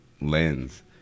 lens